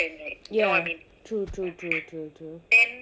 ya true true true true true